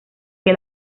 que